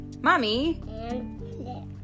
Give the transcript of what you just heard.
Mommy